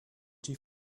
die